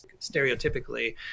stereotypically